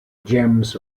gems